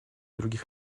других